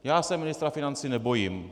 Já se ministra financí nebojím.